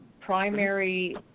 primary